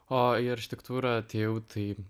o į architektūrą atėjau tai